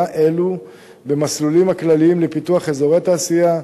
אלו במסלולים הכלליים לפיתוח אזורי תעשייה,